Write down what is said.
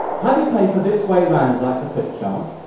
have your paper this way around like the flip chart.